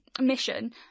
mission